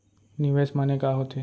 निवेश माने का होथे?